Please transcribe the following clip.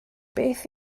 beth